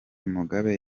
mugabe